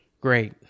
Great